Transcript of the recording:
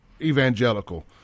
evangelical